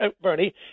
Bernie